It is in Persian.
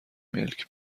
ملک